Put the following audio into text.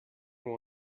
will